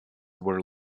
were